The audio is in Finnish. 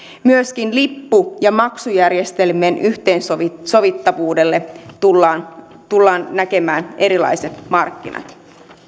myöskin lippu ja maksujärjestelmien yhteensovitettavuudessa tullaan tullaan näkemään erilaiset markkinat